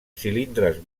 cilindres